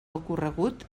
ocorregut